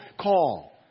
call